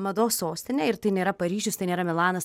mados sostinę ir tai nėra paryžius tai nėra milanas